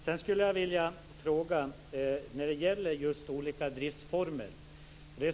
Sedan skulle jag vilja ställa en fråga som gäller olika driftsformer.